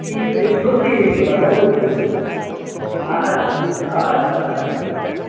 ٹھیٖک حظ چھِ لوٚتُے ٲسۍزیو پَکان لوٚتُے آد سا آد سا آد سا